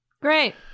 Great